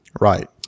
Right